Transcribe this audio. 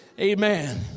amen